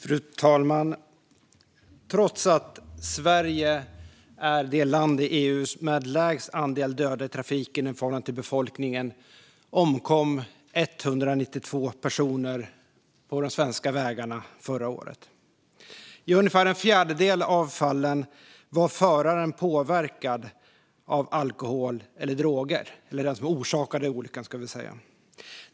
Fru talman! Trots att Sverige är det land i EU som har lägst andel döda i trafiken i förhållande till befolkningen omkom förra året 192 personer på de svenska vägarna. I ungefär en fjärdedel av fallen var föraren som orsakade olyckan påverkad av alkohol eller droger.